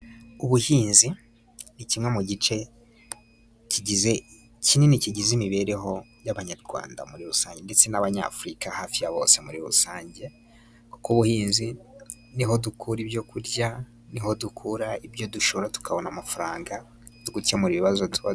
Ubuhinzi ni kimwe mu gice kigize kinini kigize imibereho y'Abanyarwanda muri rusange ndetse n'Abanyafurika hafi ya bose muri rusange. Kuko ubuhinzi ni ho dukura ibyo kurya, ni ho dukura ibyo dushora tukabona amafaranga yo gukemura ibibazo tuba.